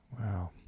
Wow